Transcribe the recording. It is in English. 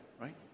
Right